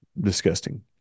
disgusting